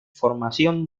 formación